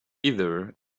either